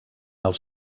els